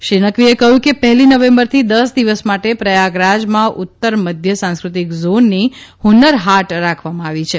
શ્રી નકવીએ કહ્યું કે પહેલી નવેંબરથી દસ દિવસ માટે પ્રયાગરાજમાં ઉત્તર મધ્ય સાંસ્કૃતિક ઝોનની હુન્નર હાટ રાખવામાં આવી છે